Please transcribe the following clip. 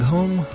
Home